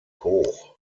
hoch